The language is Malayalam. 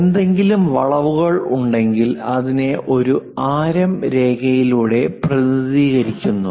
എന്തെങ്കിലും വളവുകൾ ഉണ്ടെങ്കിൽ അതിനെ ഒരു ആരം രേഖയിലൂടെ പ്രതിനിധീകരിക്കുന്നു